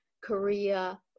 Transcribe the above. Korea